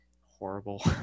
horrible